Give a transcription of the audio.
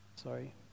Sorry